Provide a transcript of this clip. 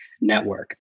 network